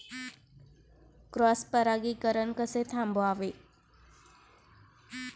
Cross परागीकरण कसे थांबवावे?